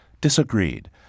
disagreed